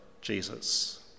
Jesus